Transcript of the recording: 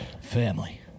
Family